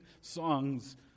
songs